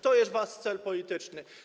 To jest wasz cel polityczny.